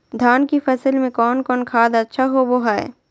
धान की फ़सल में कौन कौन खाद अच्छा होबो हाय?